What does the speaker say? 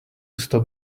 stop